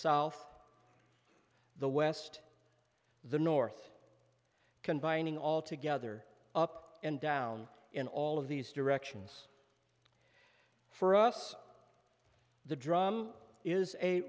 south the west the north combining all together up and down in all of these directions for us the drum is a